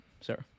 sir